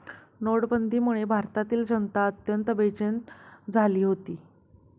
नोटाबंदीमुळे भारतातील जनता अत्यंत बेचैन झाली होती